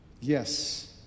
Yes